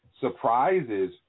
surprises